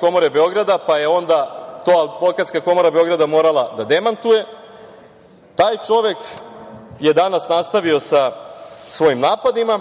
komore Beograda, pa je onda to Advokatska komora Beograda morala da demantuje, je danas nastavio sa svojim napadima,